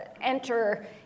enter